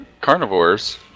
carnivores